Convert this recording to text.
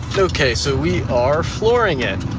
okay, so we are flooring it.